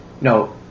No